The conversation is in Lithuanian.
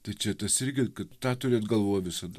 tai čia tas irgi kad tą turit galvoj visada